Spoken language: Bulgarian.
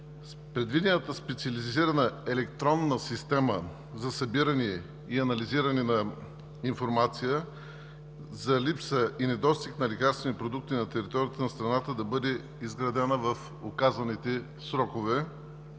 предвидената специализирана електронна система за събиране и анализиране на информация за липса и недостиг на лекарствени продукти на територията на страната, да бъде изградена в указаните срокове,